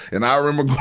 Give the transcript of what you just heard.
and i remember,